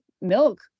milk